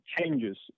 changes